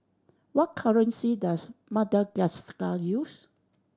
what currency does Madagascar use